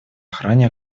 охране